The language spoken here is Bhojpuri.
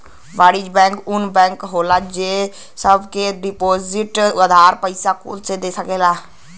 वाणिज्य बैंक ऊ बैंक होला जे सब के डिपोसिट, उधार, पइसा कुल दे सकेला